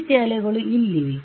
ಈ ರೀತಿಯ ಅಲೆಗಳು ಇಲ್ಲಿವೆ